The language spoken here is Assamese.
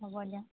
হ'ব দিয়া